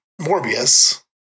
Morbius